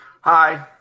Hi